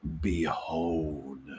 behold